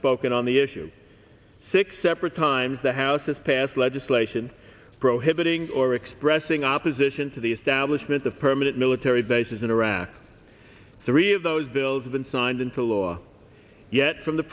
spoken on the issue six separate times the house has passed legislation prohibiting or expressing opposition to the establishment of permanent military bases in iraq three of those bills been signed into law yet from the